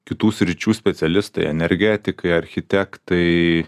kitų sričių specialistai energetikai architektai